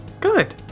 Good